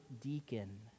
deacon